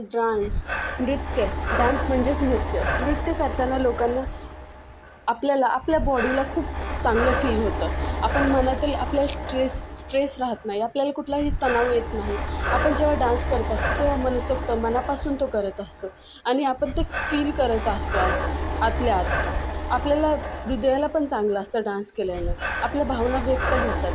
dance नृत्य dance म्हणजेच नृत्य नृत्य करताना लोकांना आपल्याला आपल्या बॉडीला खूप चांगलं फील होतं आपण मनातही आपल्या ट्रेस स्ट्रेस रहात नाही आपल्याला कुठलाही तणाव येत नाही आपण जेव्हा डान्स करत असतो तेव्हा मनसोक्त मनापासून तो करत असतो आणि आपण ते फील करत असतो आत आतल्या आत आपल्याला हृदयाला पण चांगलं असतं डान्स केलेलं आपल्या भावना व्यक्त होतात